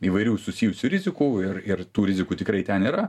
įvairių susijusių rizikų ir ir tų rizikų tikrai ten yra